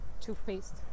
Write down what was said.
toothpaste